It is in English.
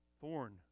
thorn